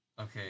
Okay